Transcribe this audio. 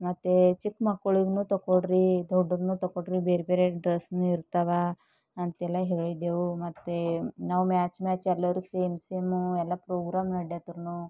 ಮತ್ತು ಚಿಕ್ಕಮಕ್ಕಳಿಗೂ ತಗೊಳ್ರಿ ದೊಡ್ಡೋರ್ನು ತಗೋಳ್ರಿ ಬೇರೆ ಬೇರೆ ಡ್ರೇಸ್ನು ಇರ್ತಾವ ಅಂತೆಲ್ಲ ಹೇಳಿದೆವು ಮತ್ತು ನಾವು ಮ್ಯಾಚ್ ಮ್ಯಾಚ್ ಎಲ್ಲರೂ ಸೇಮ್ ಸೇಮ್ ಎಲ್ಲ ಪ್ರೋಗ್ರಾಮ್ ನಡೆದರೂ